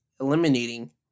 eliminating